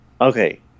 Okay